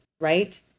Right